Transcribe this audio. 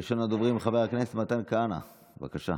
ראשון הדוברים, חבר הכנסת מתן כהנא, בבקשה.